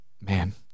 man